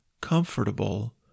comfortable